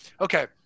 Okay